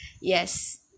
yes